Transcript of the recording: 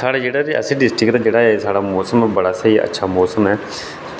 साढ़े जेह्ड़ा रियासी डिस्ट्रिक्ट दे बिच जेह्ड़ा ऐ एह् मौसम बड़ा स्हेई मौसम ऐ